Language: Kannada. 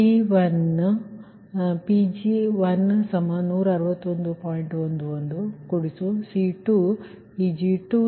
55 ಅನ್ನು ಸಬ್ಸ್ಟಿಟ್ಯೂಟ್ ಮಾಡಿದಾಗ 0